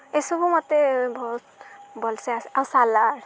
ଏସବୁ ମୋତେ ବହୁତ ଭଲ୍ସେ ଆସ ଆଉ ସାଲଡ଼୍